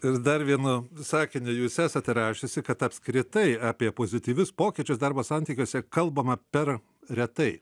ir dar vienu sakiniu jūs esate rašiusi kad apskritai apie pozityvius pokyčius darbo santykiuose kalbama per retai